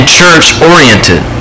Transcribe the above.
church-oriented